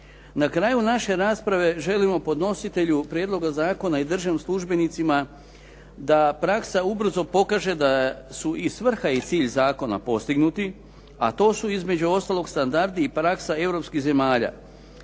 Na kraju naše rasprave želimo podnositelju prijedloga zakona i državnim službenicima da praksa ubrzo pokaže da su i svrha i cilj zakona postignuti a to su između ostalog standardi i praksa europskih zemalja